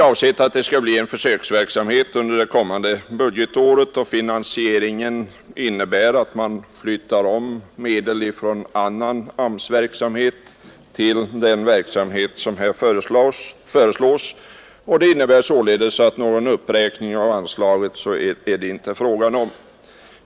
Förslaget avser en försöksverksamhet under det kommande budgetåret och finansieras genom att man flyttar om medel från annan AMS-verksamhet till den verksamhet som här föreslås. Det innebär således inte någon uppräkning av AMS-anslaget.